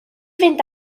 fynd